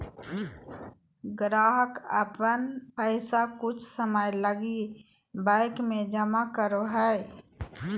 ग्राहक अपन पैसा कुछ समय लगी बैंक में जमा करो हइ